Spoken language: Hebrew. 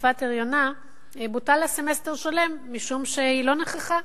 שבתקופת הריונה בוטל לה סמסטר שלם משום שהיא לא נכחה,